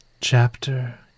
Chapter